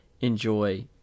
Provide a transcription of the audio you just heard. enjoy